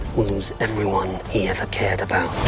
lose everyone he ever cared about.